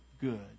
good